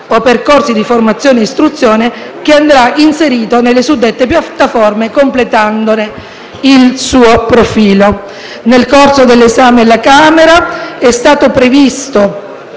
o percorsi di formazione e istruzione, che andrà inserito nelle suddette piattaforme completandone il profilo. Nel corso dell'esame alla Camera è stato previsto